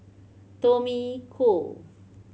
Tommy Koh